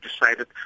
decided